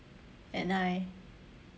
and I